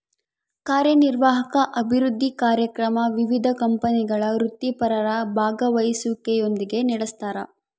ಕಾರ್ಯನಿರ್ವಾಹಕ ಅಭಿವೃದ್ಧಿ ಕಾರ್ಯಕ್ರಮ ವಿವಿಧ ಕಂಪನಿಗಳ ವೃತ್ತಿಪರರ ಭಾಗವಹಿಸುವಿಕೆಯೊಂದಿಗೆ ನಡೆಸ್ತಾರ